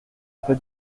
peut